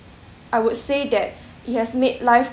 I would say that it has made life